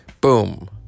Boom